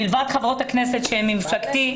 מלבד חברות הכנסת ממפלגתי,